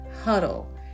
huddle